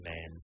Man